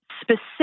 specific